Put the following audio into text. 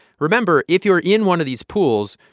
remember if you're in one of these pools,